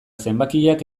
zenbakiak